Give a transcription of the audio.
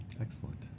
Excellent